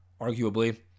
arguably